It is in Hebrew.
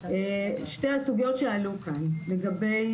לגבי